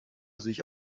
sich